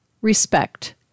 Respect